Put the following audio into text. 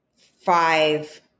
five